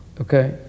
okay